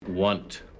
Want